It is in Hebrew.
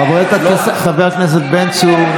חבר הכנסת בן צור,